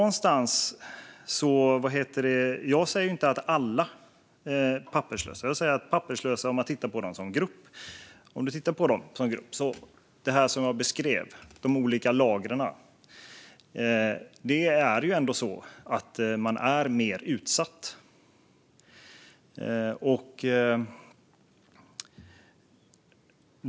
Om vi ser på papperslösa som grupp och på det som jag beskrev som de olika lagren är det ändå så att de är mer utsatta.